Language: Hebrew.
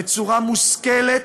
בצורה מושכלת,